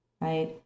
right